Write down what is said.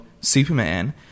Superman